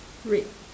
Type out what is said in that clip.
red